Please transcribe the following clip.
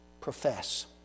profess